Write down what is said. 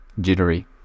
jittery